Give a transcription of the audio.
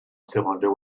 cylinder